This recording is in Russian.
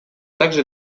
также